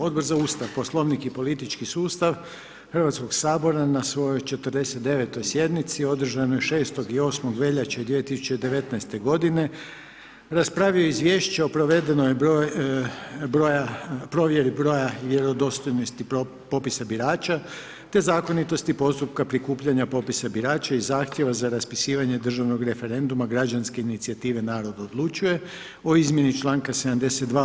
Odbor za Ustav, Poslovnik i politički sustav Hrvatskog sabora na svojoj 49. sjednici održanoj 6. i 8. veljače 2019. g. raspravio je o izvješće o provedenoj provjeri broja vjerodostojnosti popisa birača te zakonitosti postupka prikupljanja popisa birača i zahtjeva za raspisivanje državnog referenduma građanske inicijative „Narod odlučuje“ o izmjeni članka 72.